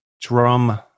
drum